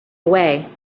away